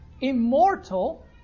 immortal